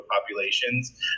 populations